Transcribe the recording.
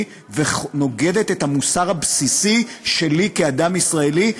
ונוגדת את המוסר הבסיסי שלי כאדם ישראלי,